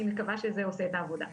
אני מקווה שזה עושה את העבודה.